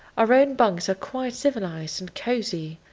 our own bunks are quite civilised and cosy,